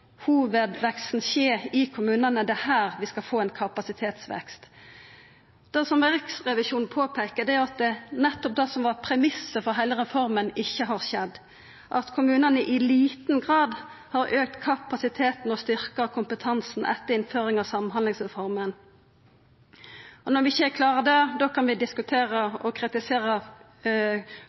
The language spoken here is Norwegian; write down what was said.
i kommunane, det er her vi skal få ein kapasitetsvekst. Det Riksrevisjonen påpeiker, er at nettopp det som var premissen for heile reforma, ikkje har skjedd, at kommunane i liten grad har auka kapasiteten og styrkt kompetansen etter innføringa av samhandlingsreforma. Når vi ikkje klarar det, da kan vi diskutera og kritisera